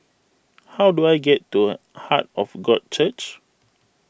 how do I get to Heart of God Church